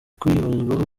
kwibazwaho